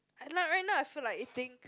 right now right now I feel like eating